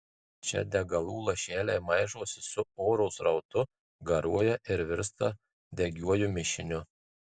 čia degalų lašeliai maišosi su oro srautu garuoja ir virsta degiuoju mišiniu